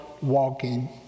walking